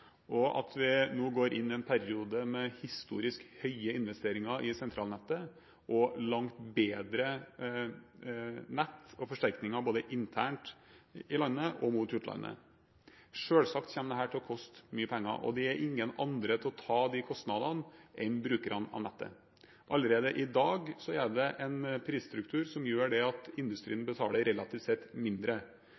og at vi nå går inn i en periode med historisk høye investeringer i sentralnettet, og langt bedre nett og forsterkninger både internt i landet og mot utlandet. Selvsagt kommer dette til å koste mye penger, og det er ingen andre til å ta disse kostnadene enn brukerne av nettet. Allerede i dag er det en prisstruktur som gjør at industrien